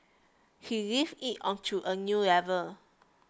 he lifts it onto a new level